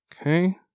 Okay